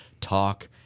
talk